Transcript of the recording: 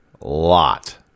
lot